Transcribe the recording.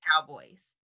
cowboys